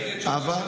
שנזכיר את, אני אשמח.